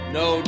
no